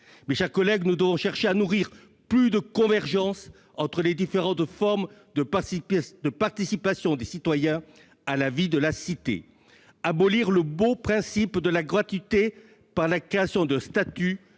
Mes chers collègues, nous devons chercher à nourrir une plus grande convergence entre les différentes formes de participation des citoyens à la vie de la cité. Abolir le beau principe de la gratuité par la création d'un statut